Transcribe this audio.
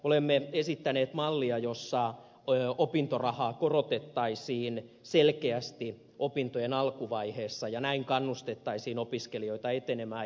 olemme esittäneet mallia jossa opintorahaa korotettaisiin selkeästi opintojen alkuvaiheessa ja näin kannustettaisiin opiskelijoita etenemään